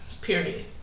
period